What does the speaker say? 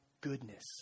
goodness